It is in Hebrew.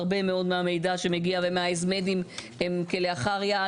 הרבה מאוד מהמידע שמגיע ומהאזמדים הם כלאחר יד.